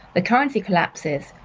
the currency collapses,